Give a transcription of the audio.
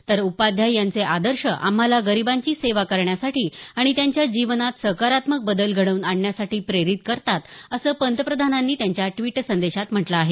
तर उपाध्याय यांचे आदर्श आम्हाला गरिबांची सेवा करण्यासाठी आणि त्यांच्या जीवनात सकारात्मक बदल घडवून आणण्यासाठी प्रेरित करतात असं पंतप्रधानांनी त्यांच्या द्वीट संदेशात म्हटलं आहे